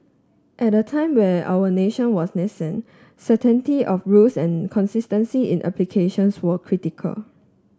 at a time where our nation was nascent certainty of rules and consistency in applications were critical